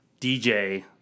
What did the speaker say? DJ